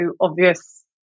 obvious